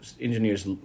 engineers